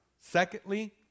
secondly